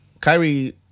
Kyrie